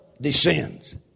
descends